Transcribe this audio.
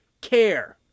care